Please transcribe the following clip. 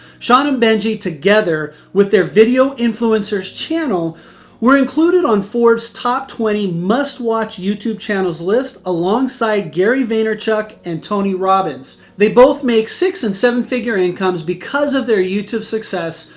sean and benji together with their video influencers channel were included on forbes top twenty must watch youtube channels list alongside gary vaynerchuk and tony robbins. they both make six and seven figure incomes because of their youtube success,